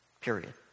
period